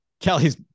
Kelly's